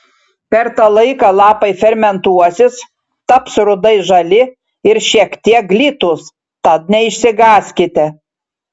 per tą laiką lapai fermentuosis taps rudai žali ir šiek tiek glitūs tad neišsigąskite